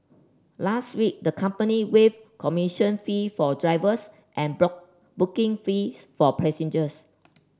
last week the company waived commission fee for drivers and booking fees for passengers